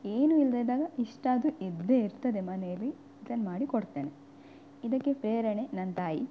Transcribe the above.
ಏನೂ ಇಲ್ಲದೆ ಇದ್ದಾಗ ಇಷ್ಟಾದರೂ ಇದ್ದೇ ಇರ್ತದೆ ಮನೆಯಲ್ಲಿ ಇದನ್ನು ಮಾಡಿಕೊಡ್ತೇನೆ ಇದಕ್ಕೆ ಪ್ರೇರಣೆ ನನ್ನ ತಾಯಿ